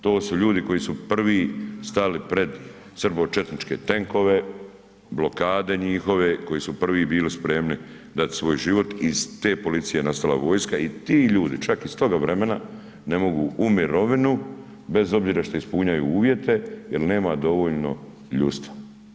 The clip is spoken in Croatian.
To su ljudi koji su prvi stali pred srbočetničke tenkove, blokade njihove, koji su prvi bili spremni dati svoj život i iz te policije je nastala vojska i ti ljudi, čak iz toga vremena ne mogu u mirovinu bez obzira što ispunjavaju uvjete jer nema dovoljno ljudstva.